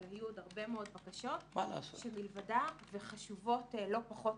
אבל היו עוד הרבה מאוד בקשות שהן חשובות לא פחות,